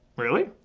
really?